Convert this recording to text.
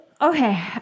Okay